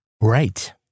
Right